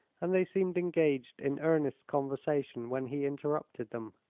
and they seemed engaged in earnest conversation when he interrupted them.